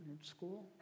school